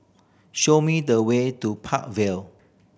show me the way to Park Vale